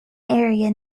area